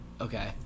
Okay